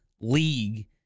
league